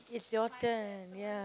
it's your turn ya